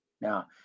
Now